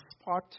spot